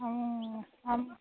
আ